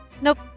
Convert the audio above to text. Nope